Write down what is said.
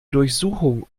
durchsuchung